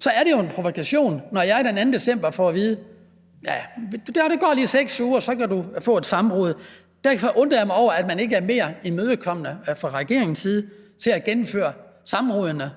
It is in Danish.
Så er det jo en provokation, når jeg den 2. december for at vide: Njah, der går lige 6 uger, før du kan få et samråd. Derfor undrer jeg mig over, at man ikke er mere imødekommende fra regeringens side i forhold til at gennemføre samrådene